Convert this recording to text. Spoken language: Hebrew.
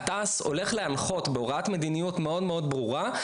הוא הולך להנחות בהוראת מדיניות מאוד מאוד ברורה,